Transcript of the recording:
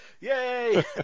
Yay